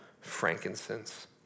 frankincense